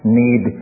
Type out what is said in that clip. need